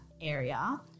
area